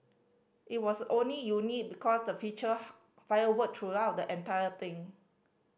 it was only unique because the featured firework throughout the entire thing